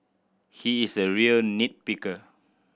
he is a real nit picker